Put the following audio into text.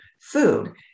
food